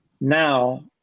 now